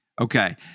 Okay